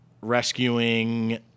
rescuing